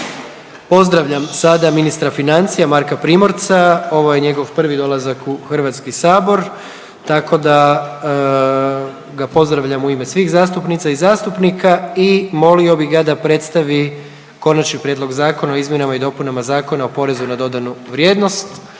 Pozdravljam sada ministra financija Marka Primorca, ovo je njegov prvi dolazak u HS, tako da ga pozdravljam u ime svih zastupnica i zastupnika i molimo bi ga da predstavi Konačni prijedlog zakona o izmjenama i dopunama Zakona o PDV-u, 20 minuta